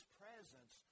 presence